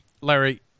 Larry –